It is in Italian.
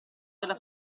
della